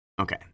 Okay